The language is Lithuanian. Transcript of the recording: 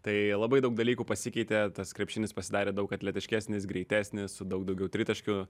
tai labai daug dalykų pasikeitė tas krepšinis pasidarė daug atletiškesnis greitesnis su daug daugiau tritaškių